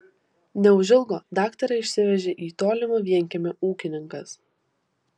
neužilgo daktarą išsivežė į tolimą vienkiemį ūkininkas